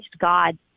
God